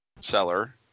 seller